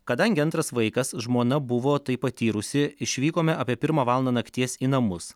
kadangi antras vaikas žmona buvo tai patyrusi išvykome apie pirmą valandą nakties į namus